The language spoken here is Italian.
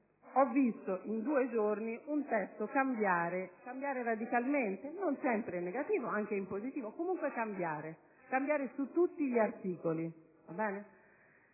ho visto in due giorni il testo cambiare radicalmente - non sempre in negativo, anche in positivo, ma comunque cambiare - in tutti gli articoli,